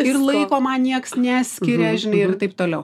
ir laiko man nieks neskiria žinai ir taip toliau